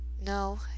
No